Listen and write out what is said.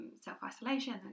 self-isolation